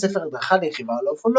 ספר הדרכה לרכיבה על אופנוע,